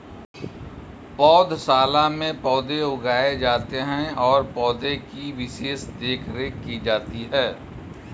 पौधशाला में पौधे उगाए जाते हैं और पौधे की विशेष देखरेख की जाती है